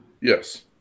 Yes